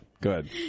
Good